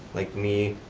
like me,